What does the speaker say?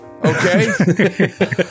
okay